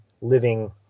living